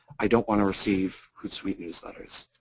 i don't want to receive hoot sweet newsletters.